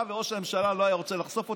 וראש הממשלה לא היה רוצה לחשוף אותן,